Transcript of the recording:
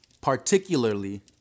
particularly